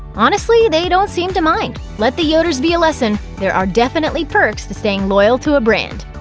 honestly, they don't seem to mind. let the yoders be a lesson there are definitely perks to staying loyal to a brand.